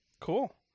Cool